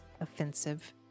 Offensive